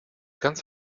ganz